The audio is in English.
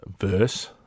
verse